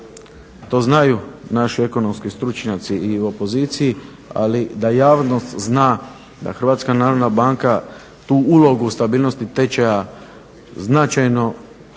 to znaju naši ekonomski stručnjaci i u opoziciji, ali da javnost zna da Hrvatska narodna banka tu ulogu stabilnosti tečaja značajno